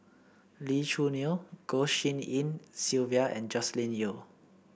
Lee Choo Neo Goh Tshin En Sylvia and Joscelin Yeo